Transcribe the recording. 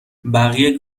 بقیه